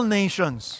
nations